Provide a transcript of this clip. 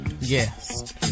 Yes